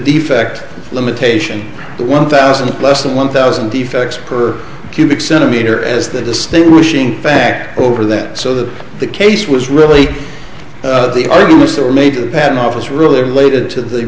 defect limitation the one thousand less than one thousand defects per cubic centimeter as the distinguishing back over that so that the case was really the arguments are made in the patent office really related to the